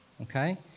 Okay